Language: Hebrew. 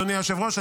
אדוני היושב-ראש,